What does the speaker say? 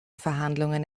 verhandlungen